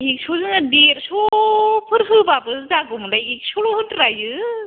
एकस' जोंलाय देरस'फोर होबाबो जागौमोनलाय एकसल' होद्रायो